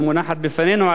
שמונחת בפנינו.